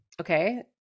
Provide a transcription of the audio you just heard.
Okay